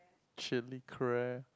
chilli crab